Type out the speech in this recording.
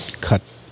cut